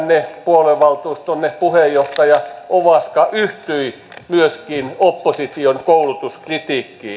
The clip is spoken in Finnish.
lehdessänne puoluevaltuustonne puheenjohtaja ovaska yhtyi myöskin opposition koulutuskritiikkiin